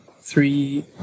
three